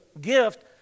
gift